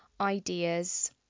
ideas